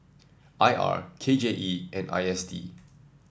I R K J E and I S D